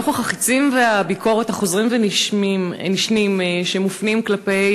נוכח חצי הביקורת החוזרים ונשנים שמופנים כלפי